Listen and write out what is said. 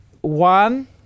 One